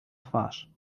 twarz